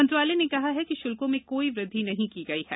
मंत्रालय ने कहा है कि शुल्कों में कोई वृद्धि नहीं की गई है